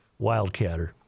wildcatter